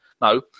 no